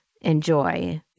enjoy